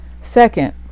Second